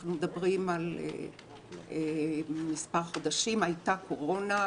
אנחנו מדברים על לפני מספר חודשים הייתה קורונה,